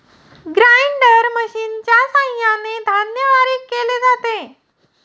grinder मशिनच्या सहाय्याने धान्य बारीक केले जाते